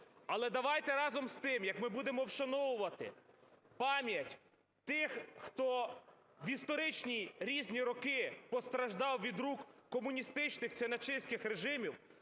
Але давайте разом з тим, як ми будемо вшановувати пам'ять тих, хто в історичні різні роки постраждав від рук комуністичних чи нацистських режимів,